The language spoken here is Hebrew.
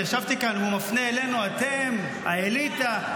אני ישבתי כאן, והוא מפנה אלינו: אתם, האליטה.